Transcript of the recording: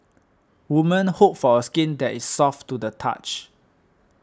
women hope for skin that is soft to the touch